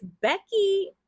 Becky